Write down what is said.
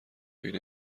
فکر